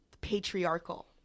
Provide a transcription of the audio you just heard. patriarchal